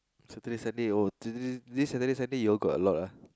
Saturday Sunday oh this this Saturday Sunday you all got a lot ah